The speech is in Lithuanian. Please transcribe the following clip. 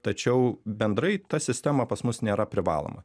tačiau bendrai ta sistema pas mus nėra privaloma